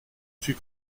suis